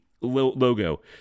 logo